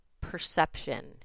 perception